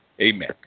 Amen